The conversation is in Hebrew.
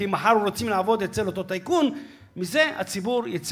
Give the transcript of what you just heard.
כי מחר הם רוצים לעבוד אצל אותו טייקון,